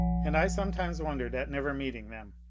and i some times wondered at never meeting them.